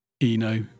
Eno